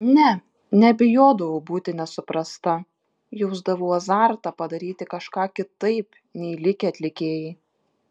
ne nebijodavau būti nesuprasta jausdavau azartą padaryti kažką kitaip nei likę atlikėjai